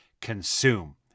consume